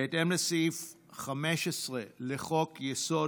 בהתאם לסעיף 15 לחוק-יסוד: